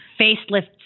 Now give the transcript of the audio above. facelift